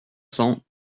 cents